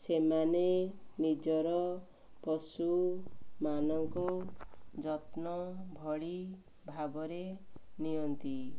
ସେମାନେ ନିଜର ପଶୁମାନଙ୍କ ଯତ୍ନ ଭଳି ଭାବରେ ନିଅନ୍ତି